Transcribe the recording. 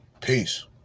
Peace